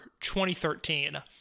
2013